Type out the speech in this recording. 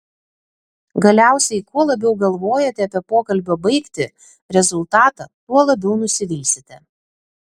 galiausiai kuo labiau galvojate apie pokalbio baigtį rezultatą tuo labiau nusivilsite